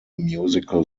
musical